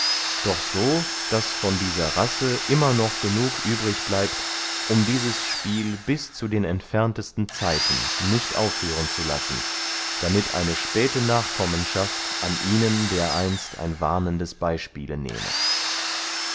doch so daß von dieser rae immer noch genug übrig bleibt um dieses spiel bis zu den entferntesten zeiten nicht aufhören zu lassen damit eine späte nachkommenschaft an ihnen dereinst ein warnendes beyspiel nehme